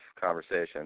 conversation